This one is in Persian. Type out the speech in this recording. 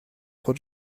خود